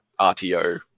RTO